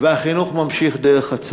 והחינוך ממשיך דרך בית-הספר,